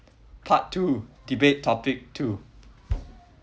part two debate topic two